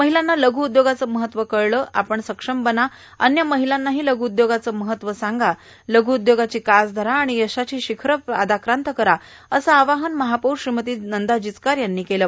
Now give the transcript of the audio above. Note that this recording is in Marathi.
महिलांना लघु उद्योगाचे महत्व कळले आपण सक्षम बना अव्य महिलांनाही लघु उद्योगाचे महत्व सांगा लघू उद्योगाची कास धरा आणि यशाची शिखरे पादाकांत करा असे आवाहन महापौर श्रीमती नंदा जिचकार यांनी केलं